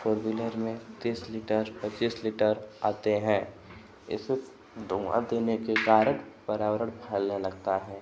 four wheeler में तीस litre पच्चीस लीटर आता है इस धुआँ देने के कारण पर्यावरण फैलने लगता है